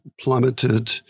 plummeted